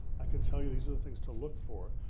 i can tell you these are the things to look for.